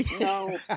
no